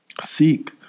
seek